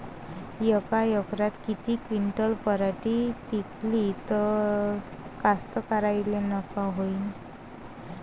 यका एकरात किती क्विंटल पराटी पिकली त कास्तकाराइले नफा होईन?